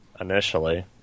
initially